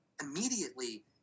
immediately